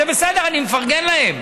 זה בסדר, אני מפרגן להם.